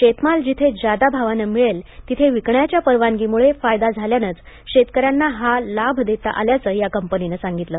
शेतमाल जिथे जादा भाव मिळेल तिथे विकण्याच्या परवनागीमुळे फायदा झाल्यानंच शेतकऱ्यांना हा लाभ देता आल्याचं या कंपनीनं सांगितलं